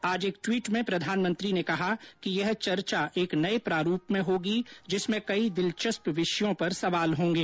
आज एक ट्वीट में प्रधानमंत्री ने कहा कि यह चर्चा एक नए प्रारूप में होगी जिसमें कई दिलचस्प विषयों पर सवाल होंगे